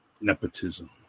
nepotism